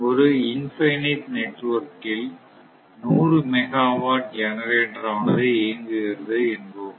ஒரு இன்பினிட் நெட்வொர்க்கில் 100 megawatt generator ஆனது இயங்குகிறது என்போம்